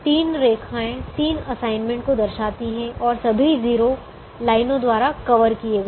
तीन रेखाएँ तीन असाइनमेंट को दर्शाती हैं और सभी 0 लाइनों द्वारा कवर किए गए हैं